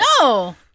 No